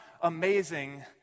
amazing